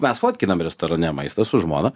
mes fotkinam restorane maistą su žmona